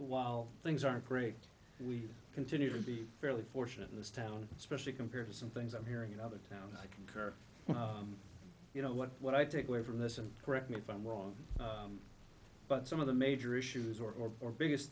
while things are great we continue to be fairly fortunate in this town especially compared to some things i'm hearing in other town i concur you know what what i take away from this and correct me if i'm wrong but some of the major issues or or biggest